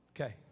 Okay